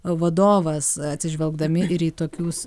vadovas atsižvelgdami ir į tokius